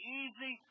easy